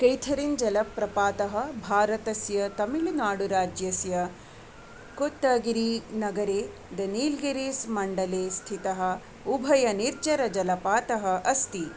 Catherine जलप्रपातः भारतस्य तमिळुनाडुराज्यस्य कोत्तगिरिनगरे द नीलगिरिस् मण्डले स्थितः उभयनिर्झरजलपातः अस्ति